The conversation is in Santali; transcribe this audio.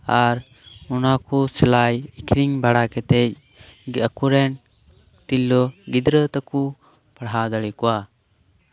ᱟᱨ ᱚᱱᱟ ᱠᱚ ᱥᱮᱞᱟᱭ ᱟᱹᱠᱷᱚᱨᱤᱧ ᱵᱟᱲᱟ ᱠᱟᱛᱮᱫ ᱜᱮ ᱟᱠᱚ ᱨᱮᱱ ᱛᱤᱨᱞᱟᱹ ᱜᱤᱫᱨᱟᱹ ᱛᱟᱠᱚ ᱯᱟᱲᱦᱟᱣ ᱫᱟᱲᱮ ᱟᱠᱚᱣᱟ